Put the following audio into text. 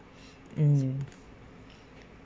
mm